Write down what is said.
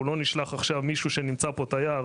אנחנו לא נשלח תייר שנמצא פה חצי שנה